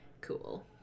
cool